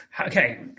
Okay